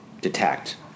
detect